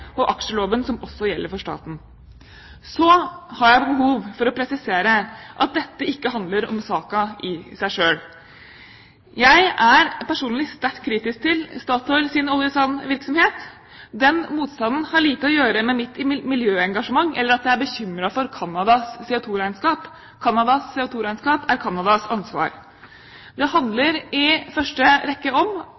og aksjeloven, som også gjelder for staten. Så har jeg behov for å presisere at dette ikke handler om saken i seg selv. Jeg er personlig sterkt kritisk til Statoils oljesandvirksomhet. Den motstanden har lite å gjøre med mitt miljøengasjement eller med at jeg er bekymret for Canadas CO2-regnskap. Canadas CO2-regnskap er Canadas ansvar. Det